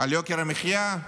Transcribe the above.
ליוקר המחיה?